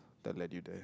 did I let you there